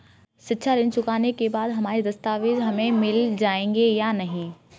शिक्षा ऋण चुकाने के बाद हमारे दस्तावेज हमें मिल जाएंगे या नहीं?